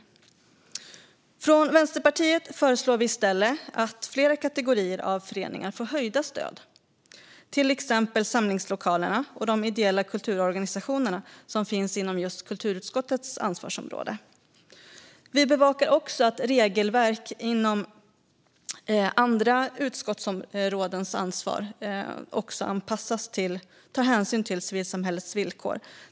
Vi från Vänsterpartiet föreslår i stället att flera kategorier av föreningar ska få höjda stöd, till exempel samlingslokalerna och de ideella kulturorganisationerna, som finns inom just kulturutskottets ansvarsområde. Vi bevakar också att regelverk inom andra utskotts ansvarsområden tar hänsyn till civilsamhällets villkor.